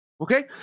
okay